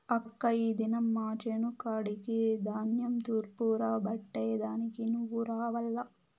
అక్కా ఈ దినం మా చేను కాడికి ధాన్యం తూర్పారబట్టే దానికి నువ్వు రావాల్ల